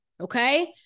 Okay